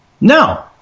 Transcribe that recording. No